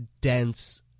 dense